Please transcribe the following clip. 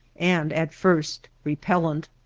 and at first repellent.